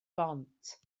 bont